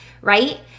right